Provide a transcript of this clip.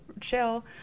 chill